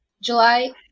July